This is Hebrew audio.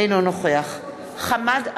אינו נוכח חמד עמאר,